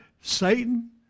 Satan